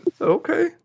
Okay